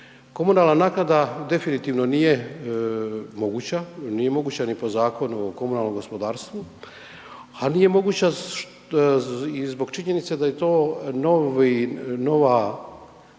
Komunalna naknada definitivno nije moguća, nije moguća ni po Zakonu o komunalnom gospodarstvu, a nije moguća i zbog činjenice da je to nova